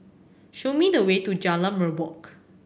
show me the way to Jalan Merbok